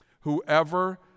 Whoever